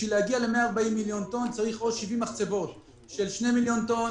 בשביל להגיע ל-140 מיליון טון צריך עוד 70 מחצבות של שני מיליון טון,